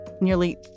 Nearly